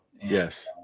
Yes